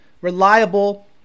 reliable